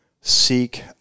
seek